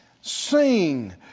sing